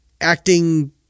acting